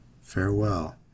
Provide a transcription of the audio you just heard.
farewell